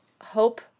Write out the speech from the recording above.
hope